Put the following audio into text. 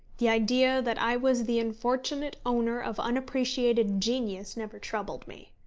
the idea that i was the unfortunate owner of unappreciated genius never troubled me.